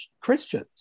Christians